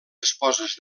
esposes